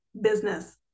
business